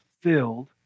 filled